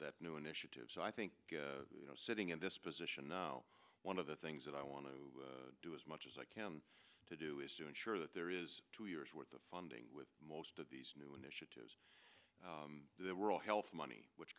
new initiative so i think you know sitting in this position now one of the things that i want to do as much as i can to do is to ensure that there is two years worth of funding with most of these new initiatives the world health money which